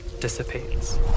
dissipates